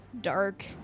dark